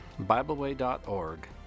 BibleWay.org